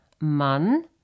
Mann